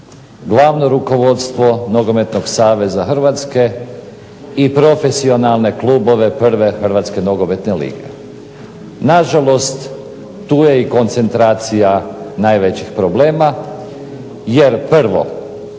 glavno rukovodstvo nogometnog saveza Hrvatske i profesionalne klubove prve hrvatske nogometne lige. Na žalost tu je i koncentracija najvećih problema, jer prvo